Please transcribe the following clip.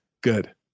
good